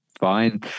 fine